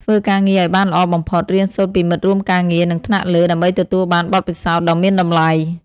ធ្វើការងារឲ្យបានល្អបំផុត រៀនសូត្រពីមិត្តរួមការងារ និងថ្នាក់លើ ដើម្បីទទួលបាន បទពិសោធន៍ដ៏មានតម្លៃ។